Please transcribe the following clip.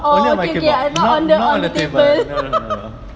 oh okay okay I thought on the on the table